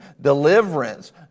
deliverance